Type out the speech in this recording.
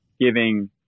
giving